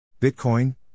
Bitcoin